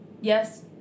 yes